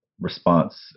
response